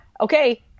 okay